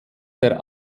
der